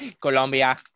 Colombia